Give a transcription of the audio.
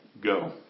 go